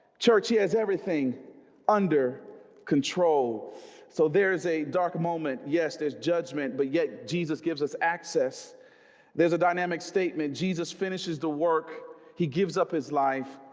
church he has everything under control so there's a dark moment. yes, there's judgment, but yet jesus gives us access there's a dynamic statement. jesus finishes the work he gives up his life.